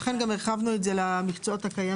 לכן גם הרחבנו את זה למקצועות הקיימים.